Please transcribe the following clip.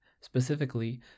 specifically